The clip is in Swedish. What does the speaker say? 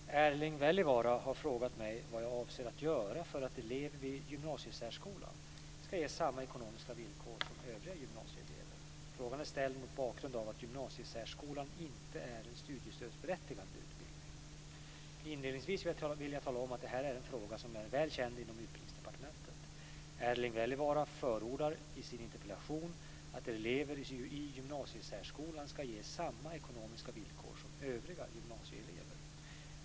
Fru talman! Erling Wälivaara har frågat mig vad jag avser att göra för att elever vid gymnasiesärskolan ska ges samma ekonomiska villkor som övriga gymnasieelever. Frågan är ställd mot bakgrund av att gymnasiesärskolan inte är en studiestödsberättigande utbildning. Inledningsvis vill jag tala om att det här är en fråga som är väl känd inom Utbildningsdepartementet. Erling Wälivaara förordar i sin interpellation att elever i gymnasiesärskolan ska ges samma ekonomiska villkor som övriga gymnasieelever.